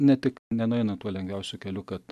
ne tik nenueinant tuo lengviausiu keliu kad